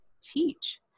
teach